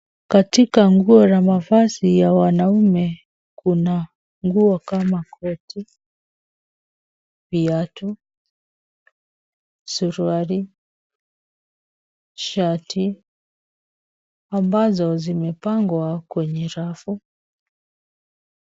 Katika nguo la mavazi ya wanaume, kuna nguo kama koti, viatu, suruali, shati ambazo zimepangwa kwenye rafu.